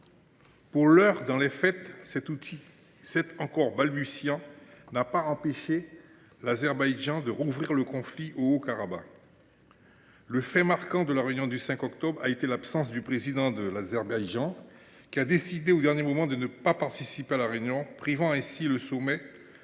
Pour l’heure, dans les faits, cet outil, certes encore balbutiant, n’a pas empêché l’Azerbaïdjan de rouvrir le conflit au Haut-Karabagh. Le fait marquant de la réunion du 5 octobre a été l’absence du président de l’Azerbaïdjan, qui a décidé au dernier moment de ne pas y participer, privant ainsi le sommet de l’un